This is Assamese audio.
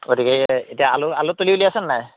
গতিকে এতিয়া আলু আলু তলি উলিয়াইছে নে নাই